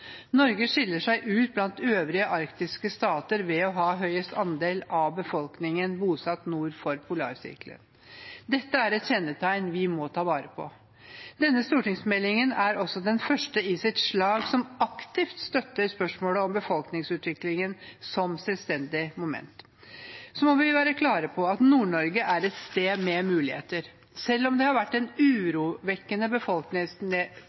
Norge skiller seg ut blant øvrige arktiske stater ved å ha høyest andel av befolkningen bosatt nord for Polarsirkelen. Dette er et kjennetegn vi må ta vare på. Denne stortingsmeldingen er også den første i sitt slag som aktivt støtter spørsmålet om befolkningsutviklingen som selvstendig moment. Så må vi være klare på at Nord-Norge er et sted med muligheter. Selv om det har vært en